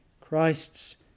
christ's